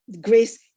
Grace